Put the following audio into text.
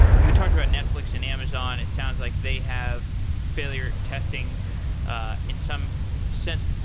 we talked about netflix and amazon, it sounds like they have failure testing ah in some sense.